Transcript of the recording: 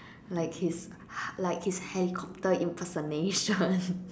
like his like his helicopter impersonation